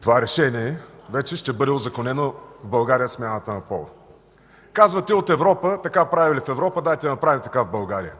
това решение вече ще бъде узаконена смяната на пола в България. Казвате: „Така правели в Европа, дайте да направим така и в България”.